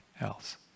else